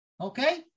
okay